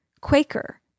Quaker